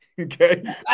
Okay